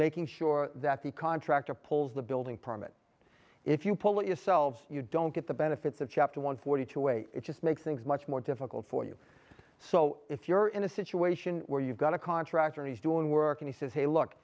making sure that the contractor pulls the building permit if you pull it yourselves you don't get the benefits of chapter one forty two wait it just makes things much more difficult for you so if you're in a situation where you've got a contractor and he's doing work and he says hey look